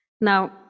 now